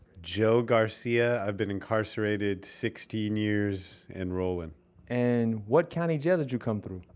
joe garcia. i've been incarcerated sixteen years and rolling and what county jail did you come through?